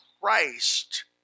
Christ